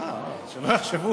שלא יחשבו